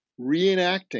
reenacting